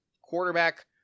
quarterback